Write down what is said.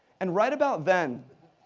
and right about then,